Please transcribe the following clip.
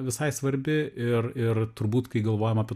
visai svarbi ir ir turbūt kai galvojam apie